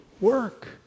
work